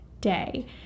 day